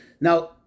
Now